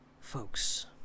Folks